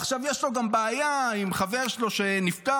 עכשיו יש לו גם בעיה עם חבר שלו שנפטר,